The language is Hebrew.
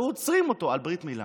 היו עוצרים אותו על ברית מילה.